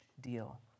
deal